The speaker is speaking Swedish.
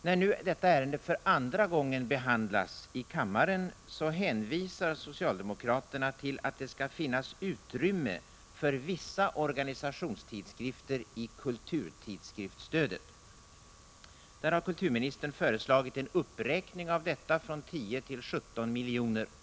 När nu detta ärende för andra gången behandlas i kammaren, hänvisar socialdemokraterna till att det skall finnas utrymme för vissa organisationstidskrifter inom ramen för kulturtidskriftsstödet. Kulturministern har föreslagit en uppräkning av detta från 10 till 17 milj.kr.